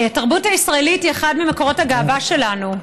התרבות הישראלית היא אחד ממקורות הגאווה שלנו,